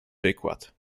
wykład